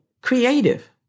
creative